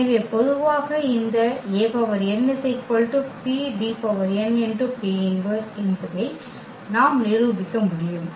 எனவே பொதுவாக இந்த An PDnP−1 என்பதை நாம் நிரூபிக்க முடியும்